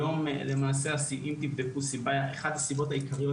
היום למעשה אחת הסיבות העיקריות,